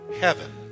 heaven